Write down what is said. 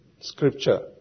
scripture